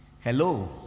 Hello